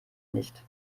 nicht